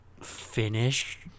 finish